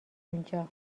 اونجا